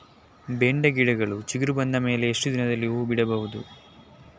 ಬೆಂಡೆ ಗಿಡಗಳು ಚಿಗುರು ಬಂದ ಮೇಲೆ ಎಷ್ಟು ದಿನದಲ್ಲಿ ಹೂ ಬಿಡಬಹುದು?